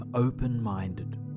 Open-minded